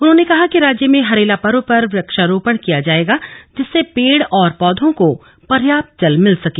उन्होंने कहा कि राज्य में हरेला पर्व पर वृक्षारोपण किया जाएगा जिससे पेड़ और पौधों को पर्याप्त जल मिल सके